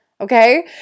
okay